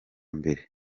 mbere